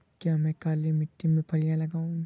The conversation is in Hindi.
क्या मैं काली मिट्टी में फलियां लगाऊँ?